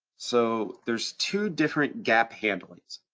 so there's two different gap handlings.